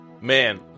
Man